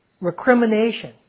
recrimination